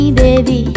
baby